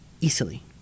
easily